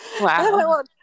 Wow